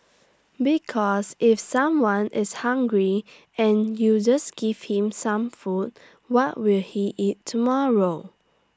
because if someone is hungry and you just give him some food what will he eat tomorrow